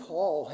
Paul